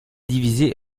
divisé